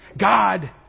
God